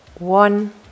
one